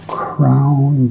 crown